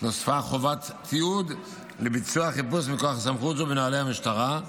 נוספה חובת תיעוד לביצוע חיפוש מכוח סמכות זו בנוהלי המשטרה,